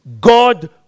God